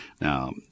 Now